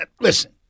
Listen